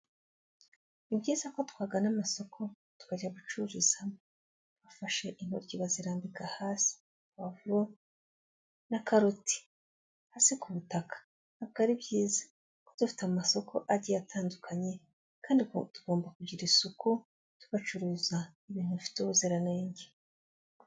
Ni byiza ko twagana amasoko tukajya gucururizamo. Bafashe intoryi bazirambika hasi, pavuro na karoti hasi ku butaka. Ntabwo ari byiza kuko dufite amasoko agiye atandukanye kandi tugomba kugira isuku tubacuruza ibintu bifite ubuziranenge.